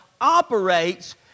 operates